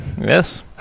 Yes